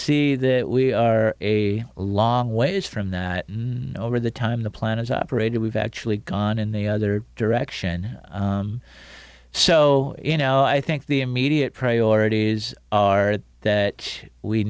see that we are a long ways from that and over the time the plan is operated we've actually gone in the other direction so you know i think the immediate priorities are that we